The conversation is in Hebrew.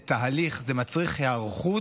זה תהליך, זה מצריך היערכות,